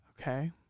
Okay